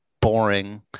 boring